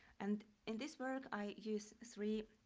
and in this work, i use three,